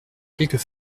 quelques